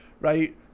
right